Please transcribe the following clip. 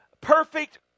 perfect